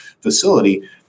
facility